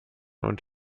und